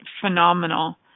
phenomenal